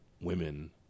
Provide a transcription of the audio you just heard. women